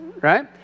Right